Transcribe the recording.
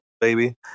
baby